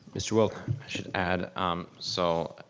mr. wilk. i should add so,